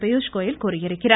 பியூஷ்கோயல் கூறியிருக்கிறார்